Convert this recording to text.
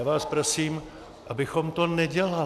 Já vás prosím, abychom to nedělali.